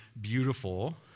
beautiful